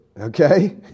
Okay